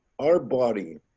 our body